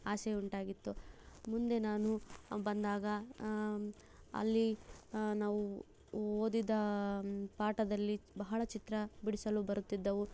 ಆಸೆ ಉಂಟಾಗಿತ್ತು ಮುಂದೆ ನಾನು ಬಂದಾಗ ಅಲ್ಲಿ ನಾವು ಓದಿದ ಪಾಠದಲ್ಲಿ ಬಹಳ ಚಿತ್ರ ಬಿಡಿಸಲು ಬರುತ್ತಿದ್ದವು